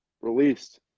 released